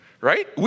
right